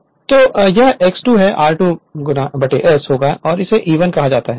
Refer Slide Time 3200 तो यह X 2 ' r2 ' S होगा और इसे E1 कहा जाता है